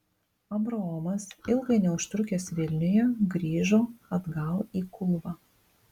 abraomas ilgai neužtrukęs vilniuje grįžo atgal į kulvą